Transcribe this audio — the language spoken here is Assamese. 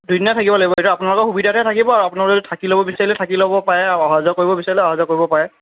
দুইদিনা থাকিব লাগিব আপোনালোকৰ সুবিধাতে থাকিব আৰু আপোনালোকে থাকি ল'ব বিচাৰিলে থাকি ল'ব পাৰে অহা যোৱা কৰিব বিচাৰিলে অহা যোৱা কৰিব পাৰে